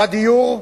בדיור,